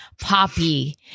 Poppy